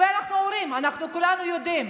אנחנו אומרים, אנחנו כולנו יודעים.